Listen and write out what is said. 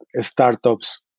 startups